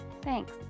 Thanks